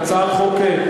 זו הצעת חוק,